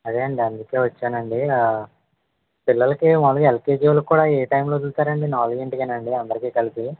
అదేండి అందుకే వచ్చానండి పిల్లలకి మామూలుగా ఎల్కేజీ వాళ్ళకి కూడా ఏ టైంలో వదులుతారండి నాలుగింటికేనా అండి అందరికీ కలిపి